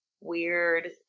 weird